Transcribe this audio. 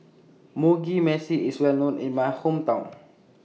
Mugi Meshi IS Well known in My Hometown